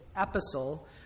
epistle